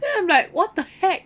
then I'm like what the heck